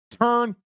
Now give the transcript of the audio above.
turn